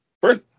First